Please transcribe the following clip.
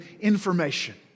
information